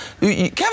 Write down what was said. Kevin